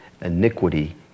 iniquity